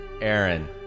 Aaron